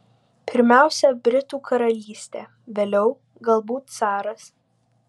pirmiausia britų karalystė vėliau galbūt caras